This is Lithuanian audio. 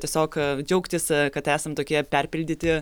tiesiog džiaugtis kad esam tokie perpildyti